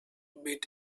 beat